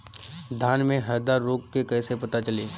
धान में हरदा रोग के कैसे पता चली?